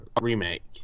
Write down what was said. remake